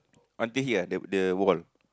until here eh the the wall